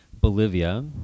Bolivia